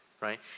right